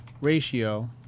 ratio